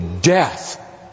death